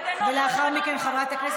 לגנות זה לא מספיק.